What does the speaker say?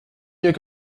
mieux